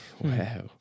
Wow